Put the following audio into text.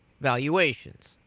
valuations